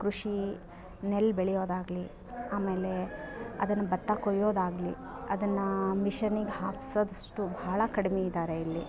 ಕೃಷಿ ನೆಲ್ ಬೆಳೆಯೋದಾಗಲಿ ಆಮೇಲೆ ಅದನ್ನ ಭತ್ತ ಕೊಯ್ಯೊದಾಗಲಿ ಅದನ್ನು ಮಿಷನಿಗೆ ಹಾಕ್ಸೋದಷ್ಟು ಭಾಳ ಕಡಿಮೆ ಇದ್ದಾರೆ ಇಲ್ಲಿ